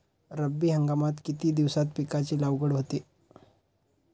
रब्बी हंगामात किती दिवसांत पिकांची लागवड होते?